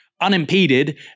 unimpeded